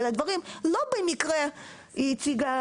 אני אתן לכם